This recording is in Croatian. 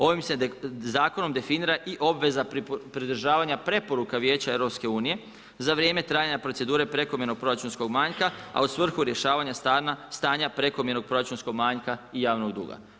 Ovim se zakonom definira i obveza pridržavanja preporuka Vijeća EU-a za vrijeme trajanja procedure prekomjernoga proračunskog manjka a u svrhu rješavanja stanja prekomjernog proračunskog manjka i javnog duga.